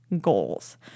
goals